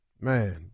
Man